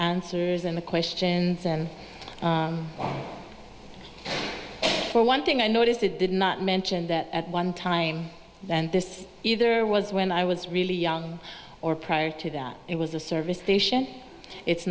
answers and the questions and for one thing i noticed it did not mention that at one time and this either was when i was really young or prior to that it was a service station it's